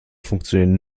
funktionieren